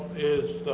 is